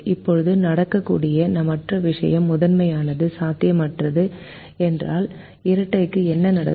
இப்போது நடக்கக்கூடிய மற்ற விஷயம் முதன்மையானது சாத்தியமற்றது என்றால் இரட்டைக்கு என்ன நடக்கும்